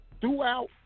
Throughout